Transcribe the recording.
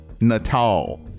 Natal